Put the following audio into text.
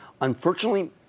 Unfortunately